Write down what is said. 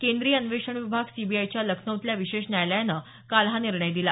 केंद्रीय अन्वेषण विभाग सीबीआयच्या लखनऊतल्या विशेष न्यायालयानं काल हा निर्णय दिला